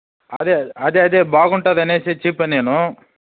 అదే అదే అదే బాగుంటుందనేసే చెప్పాను నేను